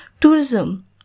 Tourism